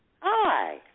Hi